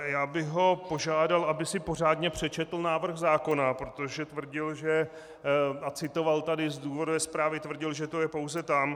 Já bych ho požádal, aby si pořádně přečetl návrh zákona, protože tvrdil, a citoval tady z důvodové zprávy, že to je pouze tam.